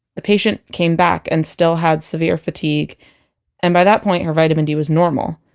the patient came back and still had severe fatigue and by that point her vitamin d was normal.